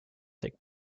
take